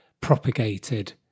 propagated